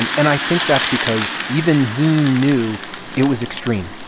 and and i think that's because even he knew it was extreme.